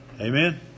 Amen